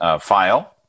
file